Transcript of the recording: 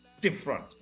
different